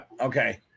Okay